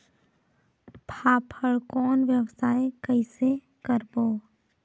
फाफण कौन व्यवसाय कइसे करबो?